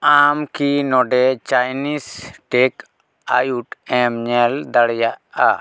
ᱟᱢᱠᱤ ᱱᱚᱰᱮ Chinese takeout ᱮᱢ ᱧᱮᱞ ᱫᱟᱲᱮᱭᱟᱜᱼᱟ